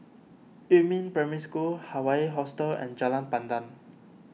Yumin Primary School Hawaii Hostel and Jalan Pandan